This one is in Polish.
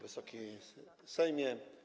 Wysoki Sejmie!